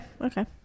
okay